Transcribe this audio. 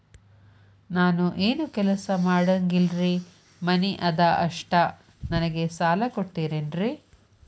ನಾನು ಏನು ಕೆಲಸ ಮಾಡಂಗಿಲ್ರಿ ಮನಿ ಅದ ಅಷ್ಟ ನನಗೆ ಸಾಲ ಕೊಡ್ತಿರೇನ್ರಿ?